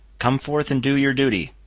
come forth and do your duty.